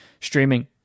streaming